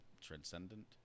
transcendent